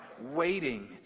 waiting